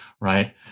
right